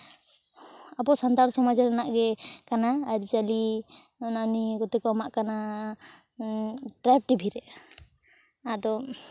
ᱟᱵᱚ ᱥᱟᱱᱛᱟᱲ ᱥᱚᱢᱟᱡᱽ ᱨᱮᱱᱟᱜ ᱜᱮ ᱠᱟᱱᱟ ᱟᱹᱨᱤᱼᱪᱟᱹᱞᱤ ᱚᱱᱟ ᱱᱤᱭᱮ ᱛᱮᱜᱚ ᱠᱚ ᱮᱢᱟᱜ ᱠᱟᱱᱟ ᱴᱨᱟᱭᱤᱵᱽ ᱴᱤᱵᱷᱤ ᱨᱮ ᱟᱫᱚ